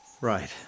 Right